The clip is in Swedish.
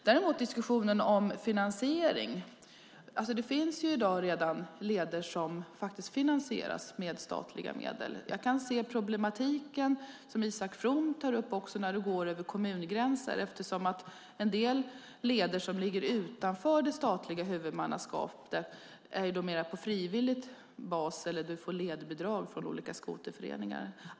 Däremot när det gäller finansiering finns det redan i dag leder som finansieras med statliga medel. Jag kan se de problem som Isak From tar upp och som uppstår när lederna går över kommungränser. En del leder som ligger utanför det statliga huvudmannaskapet finns mera på frivillig bas eller får ledbidrag från olika skoterföreningar.